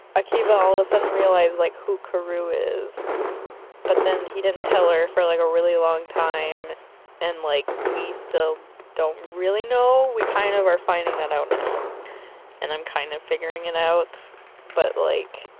akiva all of a sudden realized like who karou is but then he didn't tell her for like a really long time and like we still don't really know, we kind of are finding that out now and i'm kind of figuring it out but like